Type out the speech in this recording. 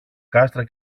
κάστρα